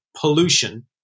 pollution